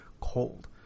cold